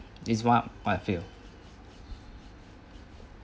that's what I feel